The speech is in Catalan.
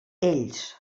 ells